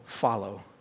follow